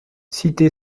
cité